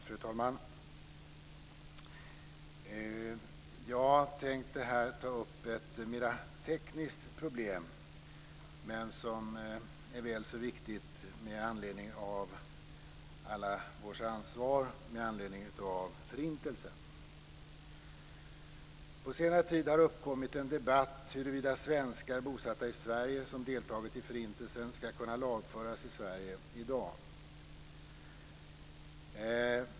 Fru talman! Jag tänker ta upp ett mer tekniskt problem, som är väl så viktigt med tanke på allas vårt ansvar med anledning av Förintelsen. På senare tid har uppkommit en debatt om huruvida svenskar bosatta i Sverige som deltagit i Förintelsen ska kunna lagföras i Sverige i dag.